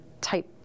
type